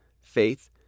faith